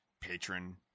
patron